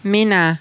minä